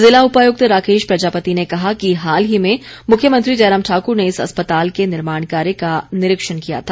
जिला उपायक्त राकेश प्रजापति ने कहा कि हाल ही में मुख्यमंत्री जयराम ठाकुर ने इस अस्पताल के निर्माण कार्य का निरीक्षण किया था